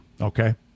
Okay